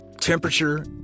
temperature